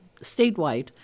statewide